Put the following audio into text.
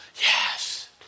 yes